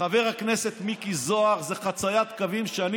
חבר הכנסת מיקי זוהר זה חציית קווים שאני